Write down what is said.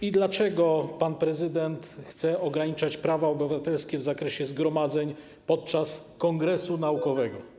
I dlaczego pan prezydent chce ograniczać prawa obywatelskie w zakresie zgromadzeń podczas kongresu naukowego?